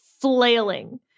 flailing